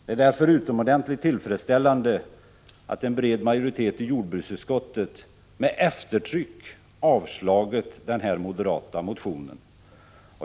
Det är därför utomordentligt tillfredsställande att en bred majoritet i jordbruksutskottet med eftertryck har avslagit den moderata motionen.